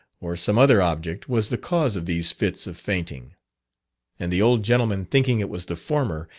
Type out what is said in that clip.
or some other object, was the cause of these fits of fainting and the old gentleman, thinking it was the former,